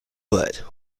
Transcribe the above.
but